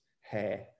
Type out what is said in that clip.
hair